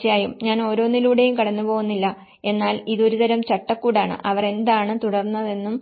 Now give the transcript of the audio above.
തീർച്ചയായും ഞാൻ ഓരോന്നിലൂടെയും കടന്നുപോകുന്നില്ല എന്നാൽ ഇത് ഒരുതരം ചട്ടക്കൂടാണ് അവർ എന്താണ് തുടർന്നതെന്നും